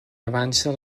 avança